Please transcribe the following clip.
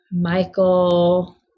Michael